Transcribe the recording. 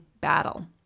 battle